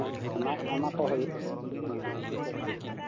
ᱟᱭᱢᱟ ᱠᱚ ᱦᱩᱭᱩᱜᱼᱟ ᱦᱮᱸ